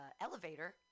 elevator